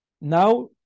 Now